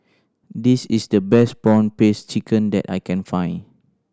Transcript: this is the best prawn paste chicken that I can find